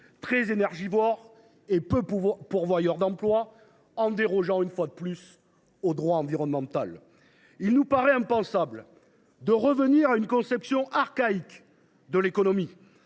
très énergivores et peu pourvoyeurs d’emplois, dérogeant une fois de plus au droit environnemental. Il nous paraît impensable de revenir à une conception archaïque de l’économie,